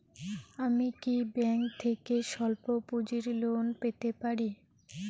আমি কি ব্যাংক থেকে স্বল্প পুঁজির লোন পেতে পারি?